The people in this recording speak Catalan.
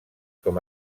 com